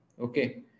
Okay